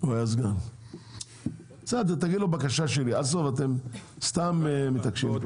סתם אתם מתעקשים.